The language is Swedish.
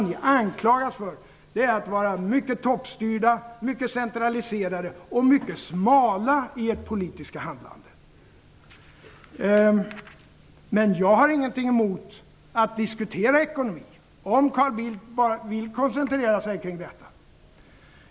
Ni anklagas för att vara mycket toppstyrda, mycket centraliserade och mycket smala i ert politiska handlande. Men jag har ingenting emot att diskutera ekonomi, om bara Carl Bildt vill koncentrera sig till detta.